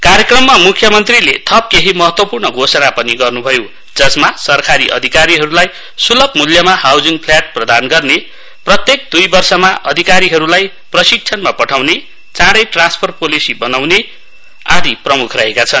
कार्यक्रममा मुख्यमन्त्रीले थप केही महत्वपूर्ण घोषणा पनि गर्नुभयो जसमा सरकारी अधिकारीहरूलाई सुलभ मूल्यमा हाउजिङ फ्ल्याट प्रदान गर्ने प्रत्येक दुई वर्षमा अधिकारीहरूलाई प्रशिक्षणमा पठाउने चाँडै ट्रान्सफर पोलिसि बनाउने आदि प्रमुख रहेका छन्